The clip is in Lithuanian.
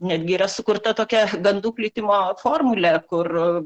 netgi yra sukurta tokia gandų plitimo formulė kur